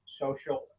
social